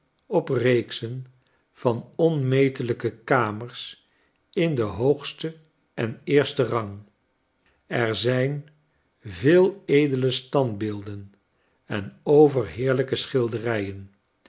op reeksen van onmetelijke kamers in den hoogsten en eersten rang er zijn veel edele standbeelden en overheerlijke schilderijen